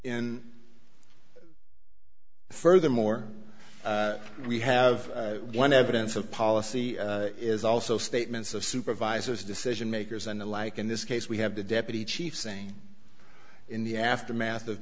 in furthermore we have one evidence a policy is also statements of supervisors decision makers and the like in this case we have the deputy chief saying in the aftermath of